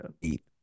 Eat